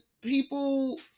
people